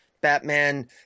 Batman